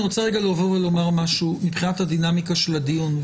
אני רוצה לומר משהו מבחינת הדינמיקה של הדיון.